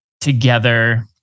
Together